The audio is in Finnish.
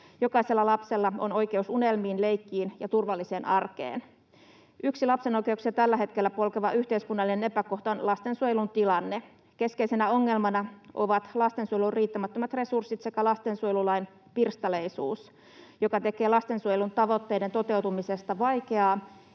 Jokaisella lapsella on oikeus unelmiin, leikkiin ja turvalliseen arkeen. Yksi lapsen oikeuksia tällä hetkellä polkeva yhteiskunnallinen epäkohta on lastensuojelun tilanne. Keskeisenä ongelmana ovat lastensuojelun riittämättömät resurssit sekä lastensuojelulain pirstaleisuus, joka tekee lastensuojelun tavoitteiden toteutumisesta vaikeaa